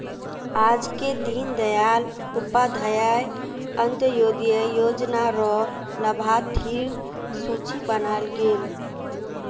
आजके दीन दयाल उपाध्याय अंत्योदय योजना र लाभार्थिर सूची बनाल गयेल